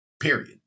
Period